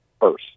first